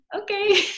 okay